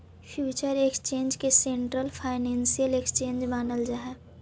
future exchange के central financial exchange मानल जा हइ